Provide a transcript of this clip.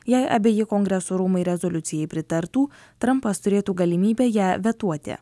jei abeji kongreso rūmai rezoliucijai pritartų trampas turėtų galimybę ją vetuoti